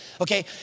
okay